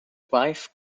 wife